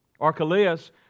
Archelaus